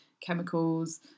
chemicals